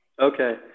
Okay